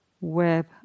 web